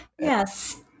Yes